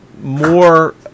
more